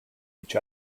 each